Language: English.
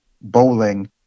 bowling